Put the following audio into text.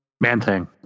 Man-Thing